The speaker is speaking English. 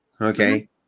Okay